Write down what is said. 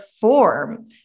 form